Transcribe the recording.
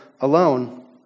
alone